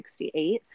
1968